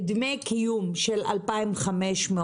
דמי קיום של 2,500,